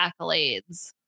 accolades